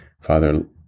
Father